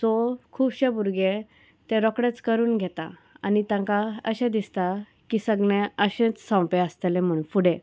so खुबशे भुरगे ते रोखडेच करून घेता आनी तांकां अशें दिसता की सगलें अशेंच सोंपें आसतलें म्हण फुडें